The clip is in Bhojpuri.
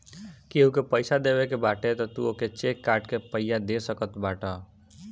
केहू के पईसा देवे के बाटे तअ तू ओके चेक काट के पइया दे सकत बाटअ